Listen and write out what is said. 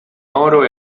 oro